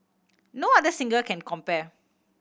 no other singer can compare